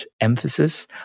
emphasis